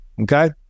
Okay